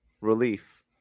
relief